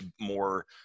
more